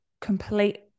complete